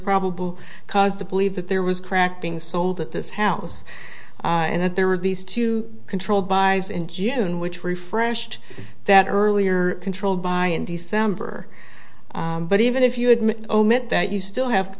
probable cause to believe that there was crack being sold at this house and that there were these two controlled by is in june which refreshed that earlier controlled by in december but even if you admit omit that you still have